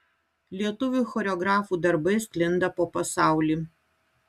lietuvių choreografų darbai sklinda po pasaulį